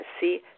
see